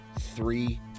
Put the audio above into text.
Three